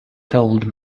told